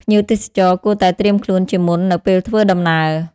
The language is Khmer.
ភ្ញៀវទេសចរគួរតែត្រៀមខ្លួនជាមុននៅពេលធ្វើដំណើរ។